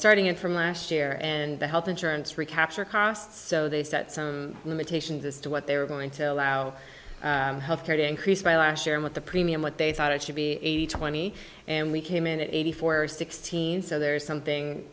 starting in from last year and the health insurance recapture costs so they set some limitations as to what they were going to allow health care to increase by last year and what the premium what they thought it should be eighty twenty and we came in eighty four or sixteen so there is something